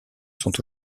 sont